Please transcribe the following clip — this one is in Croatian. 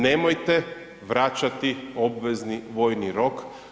Nemojte vraćati obvezni vojni rok.